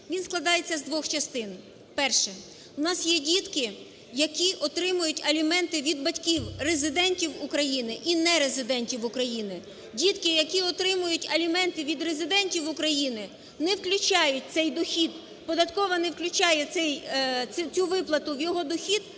Він складається з двох частин. Перше: в нас є дітки, які отримують аліменти від батьків резидентів України і нерезидентів України Дітки, які отримують аліменти від резидентів України, не включають цей дохід, податкова не включає цю виплату в його дохід,